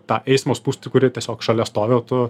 tą eismo spūstį kuri tiesiog šalia stovi o tu